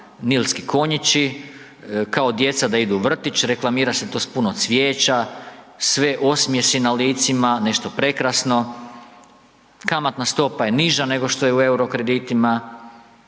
nilski konjići, kao djeca da idu u vrtić, reklamira se to s puno cvijeća, sve osmjesi na licima, nešto prekrasno, kamatna stopa je niža nego što je u euro kreditima.